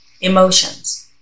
Emotions